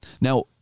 Now